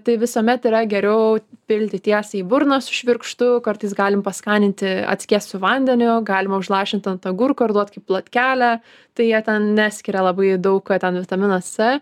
tai visuomet yra geriau pilti tiesiai į burną su švirkštu kartais galim paskaninti atskiestu vandeniu galima užlašint ant agurko ir duot kaip plotkelę tai jie ten neskiria labai daug kad ten vitaminas c